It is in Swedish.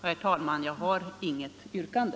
Herr talman! Jag har inget yrkande.